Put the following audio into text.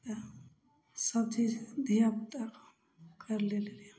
इएह सभचीज धिआपुताके करि लेलिअनि